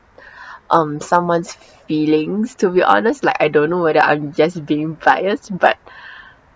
um someone's feelings to be honest like I don't know whether I'm just being biased but